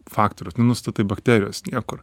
faktoriaus nenustatai bakterijos niekur